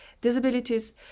disabilities